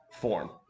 form